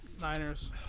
Niners